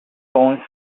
home